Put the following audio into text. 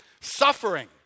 suffering